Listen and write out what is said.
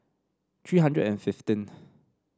three hundred and fifteenth